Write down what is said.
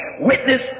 witness